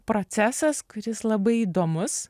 procesas kuris labai įdomus